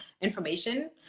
information